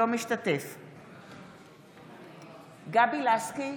אינו משתתף בהצבעה גבי לסקי,